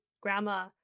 grandma